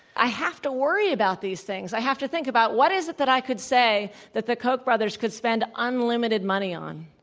i have to worry about these things. i have to think about, what is it that i could say that the koch brothers could spend unlimited money on?